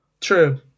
True